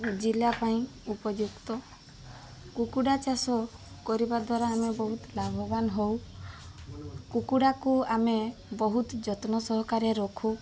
ଜିଲ୍ଲା ପାଇଁ ଉପଯୁକ୍ତ କୁକୁଡ଼ା ଚାଷ କରିବା ଦ୍ୱାରା ଆମେ ବହୁତ ଲାଭବାନ ହଉ କୁକୁଡ଼ାକୁ ଆମେ ବହୁତ ଯତ୍ନ ସହକାରେ ରଖୁ